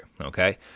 Okay